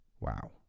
Wow